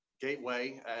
Gateway